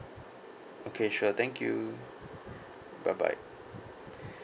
okay sure thank you bye bye